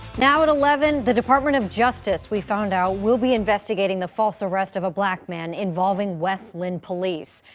now at eleven the department of justice we found out we will be investigating the false arrest of a black man involving west linn police.